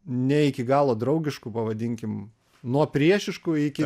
ne iki galo draugišku pavadinkim nuo priešiškų iki